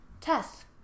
Tess